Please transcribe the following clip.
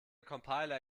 compiler